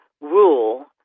rule